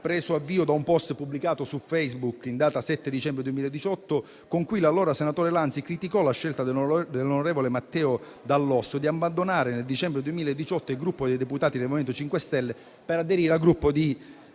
preso avvio da un *post* pubblicato su Facebook in data 7 dicembre 2018, con cui l'allora senatore Lanzi criticò la scelta dell'onorevole Matteo Dall'Osso di abbandonare nel dicembre 2018 il Gruppo dei deputati del MoVimento 5 Stelle per aderire al Gruppo dei